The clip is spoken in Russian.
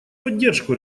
поддержку